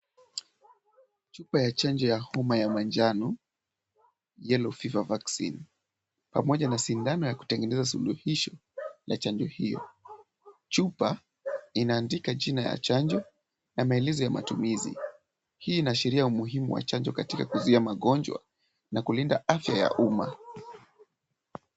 Chupa ya chanjo ya homa ya manjano, yellow fever vaccine , pamoja na sindano ya kutengeneza suluhisho la chanjo hiyo. Chupa inaandika jina ya chanjo na maelezo ya matumizi. Hii inaashiria umuhimu wa chanjo katika kuzuia magonjwa na kulinda afya ya umma.